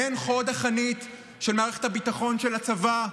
הן חוד החנית של מערכת הביטחון, של הצבא,